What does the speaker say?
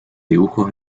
dibujos